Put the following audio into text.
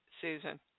Susan